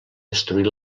destruir